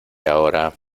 ahora